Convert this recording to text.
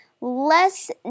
less